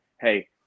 Hey